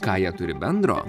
ką jie turi bendro